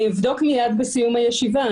אבדוק מיד בסיום הישיבה.